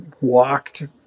walked